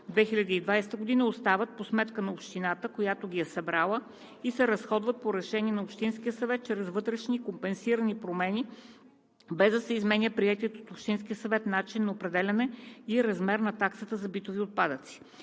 2020 г. остават по сметка на общината, която ги е събрала, и се разходват по решение на общинския съвет чрез вътрешни компенсирани промени, без да се изменя приетият от общинския съвет начин на определяне и размер на таксата за битови отпадъци.